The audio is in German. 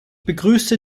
begrüße